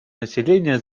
населения